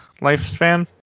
lifespan